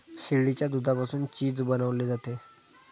शेळीच्या दुधापासून चीज बनवले जाते